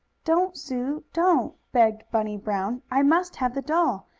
don't, sue, don't! begged bunny brown. i must have the doll.